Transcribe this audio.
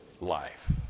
life